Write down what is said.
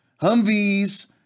Humvees